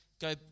go